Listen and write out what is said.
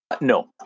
No